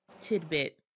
tidbit